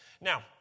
Now